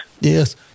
Yes